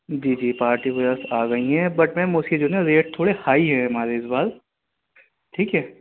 جی جی party wears آ گئی ہیں بٹ میم اس کے جو ہیں نا ریٹ تھوڑے ہائی ہے ہمارے اس بار ٹھیک ہے